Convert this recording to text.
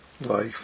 life